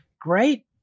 great